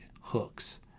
hooks